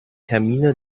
termine